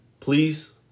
Please